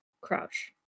crouch